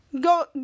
go